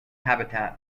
habitat